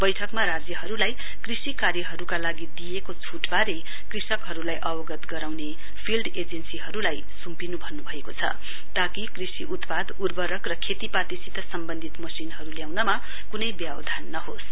बैठकमा राज्यहरूलाई कृषि कार्यहरूका लागि दिइएको छुटबारे कृषकहरूलाई अवगत गराउने फील्ड एजेन्सीहरूलाई सुम्पिनु भएको छ ताकि कृषि उत्पाद उर्वरक र खेतीपातीसित सम्वन्धित मशिनहरू ल्याउनमा कुनै व्यवधान नहोस्